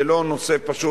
זה לא נושא פשוט.